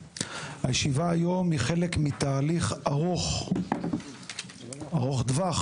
הישיבה היום היא חלק מתהליך ארוך טווח